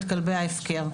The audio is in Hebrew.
את כלבי ההפקר.